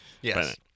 Yes